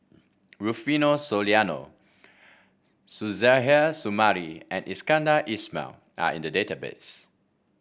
Rufino Soliano Suzairhe Sumari and Iskandar Ismail are in the database